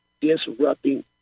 disrupting